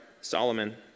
Solomon